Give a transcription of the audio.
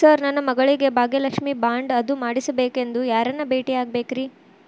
Sir ನನ್ನ ಮಗಳಿಗೆ Bhagyalakshmi bond ಅದು ಮಾಡಿಸಬೇಕೆಂದು ಯಾರನ್ನ ಭೇಟಿಯಾಗಬೇಕ್ರಿ?